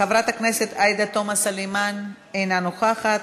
חברת הכנסת עאידה תומא סלימאן אינה נוכחת,